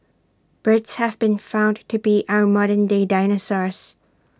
birds have been found to be our modern day dinosaurs